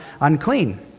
unclean